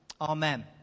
Amen